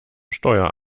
steuer